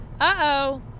uh-oh